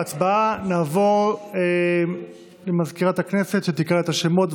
נעבור למזכירת הכנסת שתקרא את השמות.